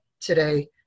today